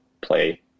play